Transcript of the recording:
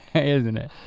isn't it?